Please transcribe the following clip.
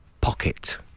pocket